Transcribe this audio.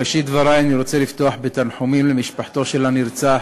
בראשית דברי אני רוצה לפתוח בתנחומים למשפחתו של הנרצח